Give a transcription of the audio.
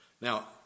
Now